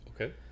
Okay